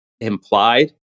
implied